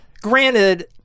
granted